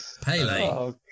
Pele